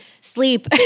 sleep